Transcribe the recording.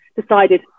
decided